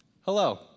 Hello